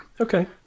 Okay